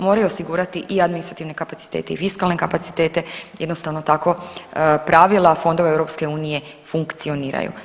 Moraju osigurati i administrativne kapacitete i fiskalne kapacitete, jednostavno tako pravila fondova EU funkcioniraju.